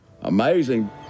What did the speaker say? amazing